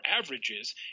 averages